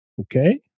Okay